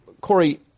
Corey